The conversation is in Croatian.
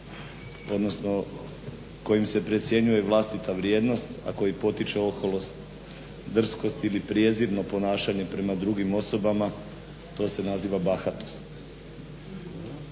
odnosno kojim se precjenjuje vlastita vrijednost a koji potiče oholost drskost ili prijezirno ponašanje prema drugim osobama to se naziva bahatost.